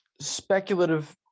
Speculative